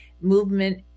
movement